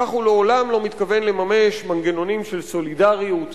כך הוא לעולם לא מתכוון לממש מנגנונים של סולידריות,